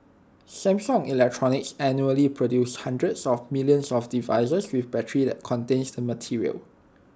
Samsung electronics annually produces hundreds of millions of devices with batteries that contains the material